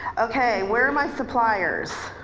okay, where are my suppliers,